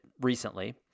recently